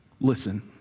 listen